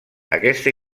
aquesta